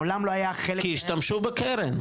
מעולם לא היה --- כי השתמשו בקרן,